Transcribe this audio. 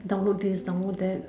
download this download that